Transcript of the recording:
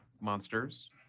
monsters